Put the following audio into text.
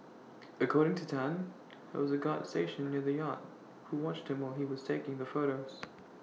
according to Tan there was A guard stationed near the yacht who watched him while he was taking the photos